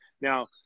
Now